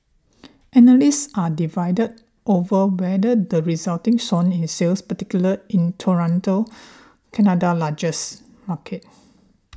analysts are divided over whether the resulting swoon in sales particularly in Toronto Canada largest market